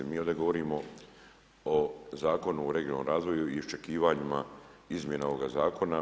Mi ovdje govorimo o Zakonu o regionalnom razvoju i iščekivanjima izmjene ovoga zakona.